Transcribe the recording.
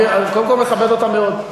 אני, קודם כול, מכבד אותם מאוד.